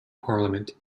parliament